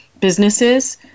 businesses